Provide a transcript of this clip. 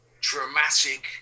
dramatic